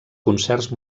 concerts